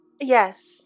Yes